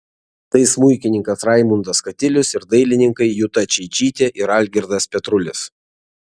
tai smuikininkas raimundas katilius ir dailininkai juta čeičytė ir algirdas petrulis